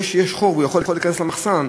זה שיש חור והוא יכול להיכנס למחסן,